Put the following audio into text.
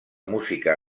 música